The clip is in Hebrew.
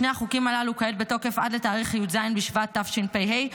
שני החוקים הללו כעת בתוקף עד י"ז בשבט תשפ"ה,